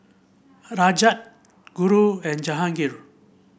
Rajat Guru and Jahangir